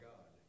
God